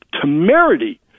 temerity